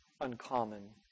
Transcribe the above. uncommon